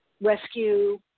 rescue